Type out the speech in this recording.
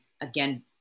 again